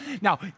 Now